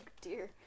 dear